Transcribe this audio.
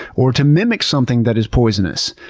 or to mimic something that is poisonous.